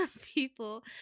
people